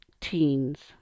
teens